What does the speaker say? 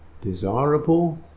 desirable